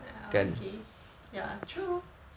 ya okay ya true